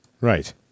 Right